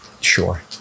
Sure